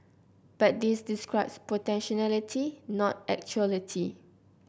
but this describes potentiality not actuality